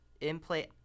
in-play